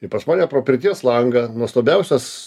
tai pas mane pro pirties langą nuostabiausias